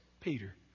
Peter